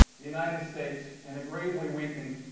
the united states and a gravely weakened,